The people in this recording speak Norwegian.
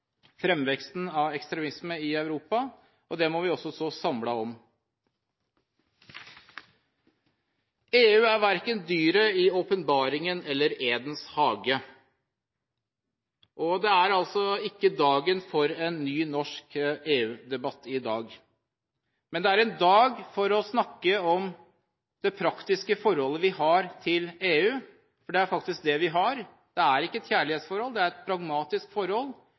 av ekstremisme i Europa, og det må vi også stå samlet om. EU er verken dyret i åpenbaringen eller Edens hage. Det er altså ikke dagen i dag for en ny norsk EU-debatt. Men det er en dag for å snakke om det praktiske forholdet vi har til EU – for det er faktisk det vi har, det er ikke et kjærlighetsforhold, det er et pragmatisk forhold